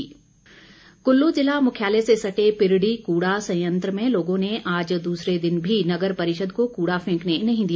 NGT Kullu ज़िला मुख्यालय से सटे पिरडी कूड़ा संयंत्र में लोगों ने आज दूसरे दिन भी नगर परिषद को कूड़ा फैंकने नहीं दिया